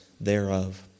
thereof